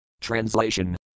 Translation